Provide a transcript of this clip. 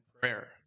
prayer